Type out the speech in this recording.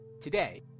Today